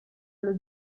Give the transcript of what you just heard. allo